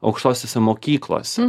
aukštosiose mokyklose